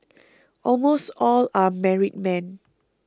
almost all are married men